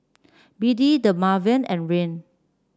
B D Dermaveen and Rene